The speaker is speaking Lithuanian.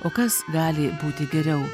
o kas gali būti geriau